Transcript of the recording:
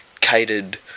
catered